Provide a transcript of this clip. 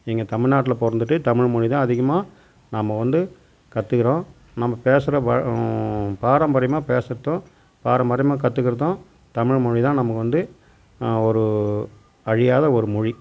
எங்கள் தமிழ்நாட்ல பிறந்துட்டு தமிழ்மொலிதான் அதிகமாக நாம வந்து கற்றுக்கிறோம் நம்ம பேசுகிற ப பாரம்பரியமாக பேசுகிறதும் பாரம்பரியமாக கற்றுக்கிறதும் தமிழ்மொலிதான் நமக்கு வந்து ஒரு அழியாத ஒரு மொழி